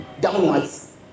downwards